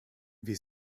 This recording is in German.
wir